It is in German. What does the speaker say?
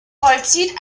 vollzieht